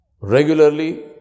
regularly